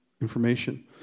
information